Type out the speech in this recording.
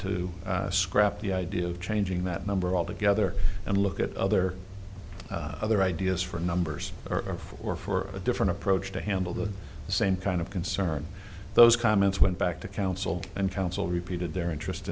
to scrap the idea of changing that number altogether and look at other other ideas for numbers or four for a different approach to handle the same kind of concern those comments went back to council and council repeated their interest